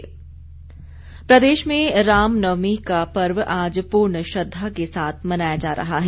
राम नवमीं प्रदेश में राम नवमी का पर्व पूर्ण श्रद्धा साथ मनाया जा रहा है